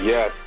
Yes